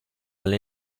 alle